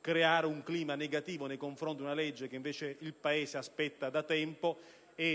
creare un clima negativo nei confronti di una legge che invece il Paese aspetta da tempo.